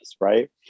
right